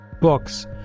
Books